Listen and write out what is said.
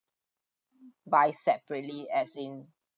buy separately as in